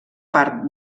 part